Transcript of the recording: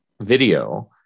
video